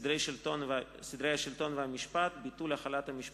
סדרי השלטון והמשפט (ביטול החלת המשפט,